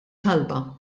talba